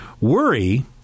Worry